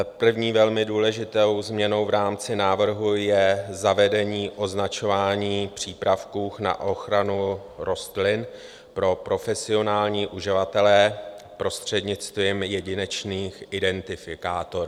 První velmi důležitou změnou v rámci návrhu je zavedení označování přípravků na ochranu rostlin pro profesionální uživatele prostřednictvím jedinečných identifikátorů.